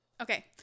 Okay